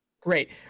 Great